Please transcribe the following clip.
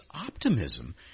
optimism